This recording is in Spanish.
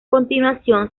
continuación